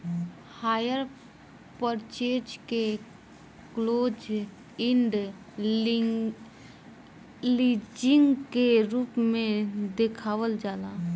hire purchase के close end leasing के रूप में देखावल जाला